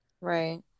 Right